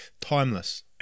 timeless